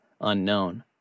Unknown